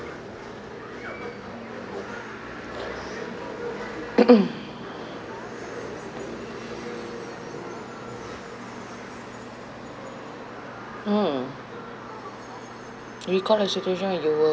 hmm recall a situation where you were